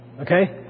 Okay